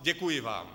Děkuji vám.